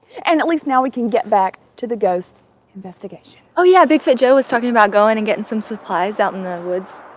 and at least now we can get back to the ghost investigation. oh, yeah, big fit joe was talking about going and getting some supplies out in the woods,